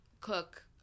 cook